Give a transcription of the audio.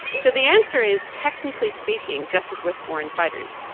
so the answer is, technically speaking, just as with foreign fighters,